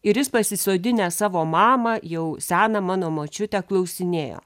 ir jis pasisodinęs savo mamą jau seną mano močiutę klausinėjo